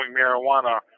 marijuana